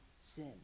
sin